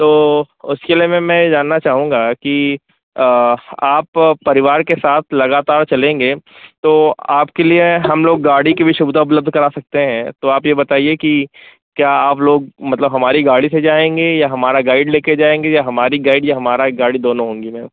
तो उसके लिए मैम मैं ये जानना चाहूँगा कि आप परिवार के साथ लगातार चलेंगे तो आपके लिए हम लोग गाड़ी की भी सुविधा उपलब्ध करा सकते हैं तो आप ये बताइए कि क्या आप लोग मतलब हमारी गाड़ी से जाएँगे या हमारा गाइड ले के जाएँगे या हमारी गाइड या हमारा एक गाड़ी दोनों होंगी मैम